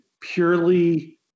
purely